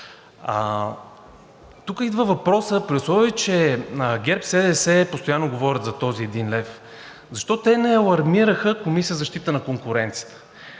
Тук идва въпросът: при условие че ГЕРБ-СДС постоянно говорят за този един лев – защо те не алармираха Комисията за защита на конкуренцията?